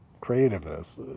creativeness